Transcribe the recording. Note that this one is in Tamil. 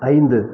ஐந்து